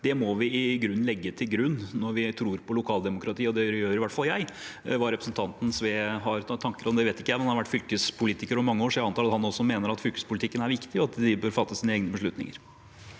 Det må vi kunne legge til grunn når vi tror på lokaldemokratiet, og det gjør i hvert fall jeg. Hvilke tanker representanten Sve har om det, vet ikke jeg, men han har vært fylkespolitiker i mange år, så jeg antar at han også mener at fylkespolitikken er viktig, og at fylkespolitikerne bør ta egne beslutninger.